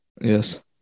Yes